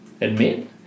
admit